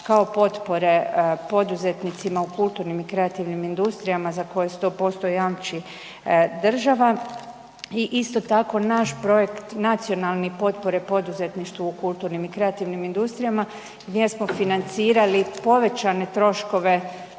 kao potpore poduzetnicima u kulturnim i kreativnim industrijama za koje 100% jamči država. I isto tako naš projekt Nacionalne potpore poduzetništvu u kulturnim i kreativnim industrijama gdje smo financirali povećane troškove